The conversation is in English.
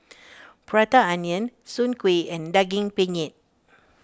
Prata Onion Soon Kueh and Daging Penyet